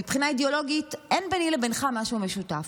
מבחינה אידיאולוגית אין ביני לבינך משהו משותף,